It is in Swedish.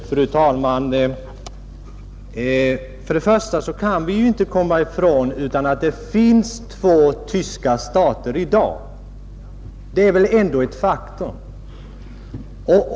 Fru talman! Till att börja med kan vi ju inte komma ifrån att det finns två tyska stater i dag. Det är väl ändå ett faktum.